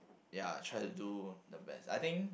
ya try to do the best I think